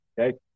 okay